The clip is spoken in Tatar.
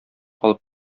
алып